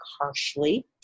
harshly